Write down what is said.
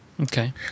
Okay